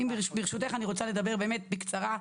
ברשותך אני רוצה לדבר באמת בקצרה,